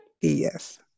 Yes